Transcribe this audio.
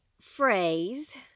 phrase